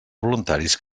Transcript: voluntaris